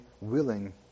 willing